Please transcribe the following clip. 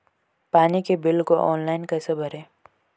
पानी के बिल को ऑनलाइन कैसे भरें?